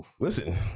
Listen